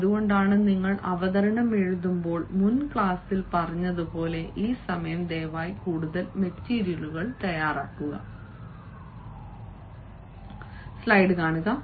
അതുകൊണ്ടാണ് നിങ്ങൾ അവതരണം എഴുതുമ്പോൾ മുൻ ക്ലാസ്സിൽ പറഞ്ഞതുപോലെ ഈ സമയം ദയവായി കൂടുതൽ മെറ്റീരിയലുകൾ തയ്യാറാക്കുക